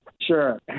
Sure